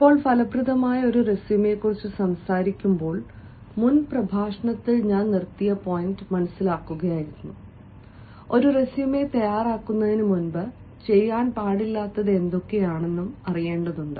ഇപ്പോൾ ഫലപ്രദമായ ഒരു റെസ്യുമെക്കുറിച്ച് സംസാരിക്കുമ്പോൾ മുൻ പ്രഭാഷണത്തിൽ ഞാൻ നിർത്തിയ പോയിന്റ് മനസിലാക്കുകയായിരുന്നു ഒരു റെസ്യുമെ തയ്യാറാക്കുന്നതിന് മുമ്പ് ചെയ്യാൻപാടില്ലാത്തതു എന്തൊക്കെയാണെന്നും അറിയേണ്ടതുണ്ട്